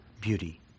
beauty